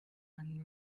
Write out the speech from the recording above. and